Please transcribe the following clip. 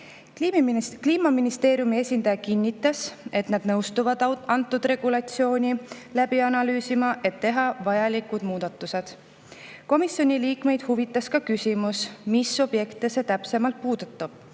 Kliimaministeeriumi esindaja kinnitas, et nad on nõus seda regulatsiooni analüüsima, et teha vajalikud muudatused. Komisjoni liikmeid huvitas ka küsimus, mis objekte see täpsemalt puudutab.